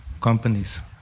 companies